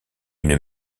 une